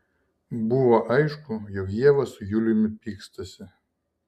buvo aišku jog ieva su juliumi pykstasi